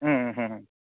ओम होम होम